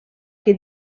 que